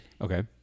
Okay